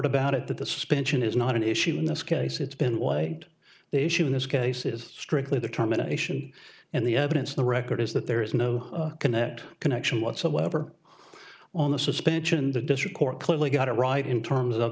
about it that the suspension is not an issue in this case it's been way the issue in this case is strictly determination and the evidence of the record is that there is no connect connection whatsoever on the suspension the district court clearly got it right in terms of